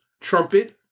Trumpet